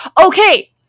okay